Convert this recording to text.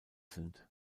sind